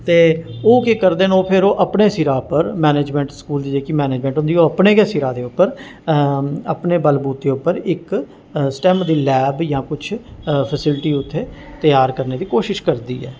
ते ओह् केह् करदे न ओह् फिर ओह् अपने सिरा पर मैनेज़मैंट स्कूल जेह्की मैनेज़मैंट होंदी ओह् अपने गै सिरा दे पर अपने अपने बलबूते उप्पर इक स्टेम दी लैब जां कुछ फैसलिटी उत्थें त्यार करने दी कोशश करदी ऐ